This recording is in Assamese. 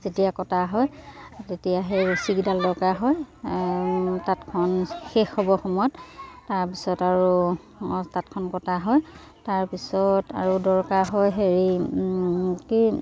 যেতিয়া কটা হয় তেতিয়া সেই ৰছিকিডাল দৰকাৰ হয় তাঁতখন শেষ হ'ব সময়ত তাৰপিছত আৰু তাঁতখন কটা হয় তাৰপিছত আৰু দৰকাৰ হয় হেৰি কি